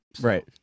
Right